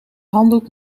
handdoek